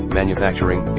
manufacturing